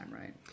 right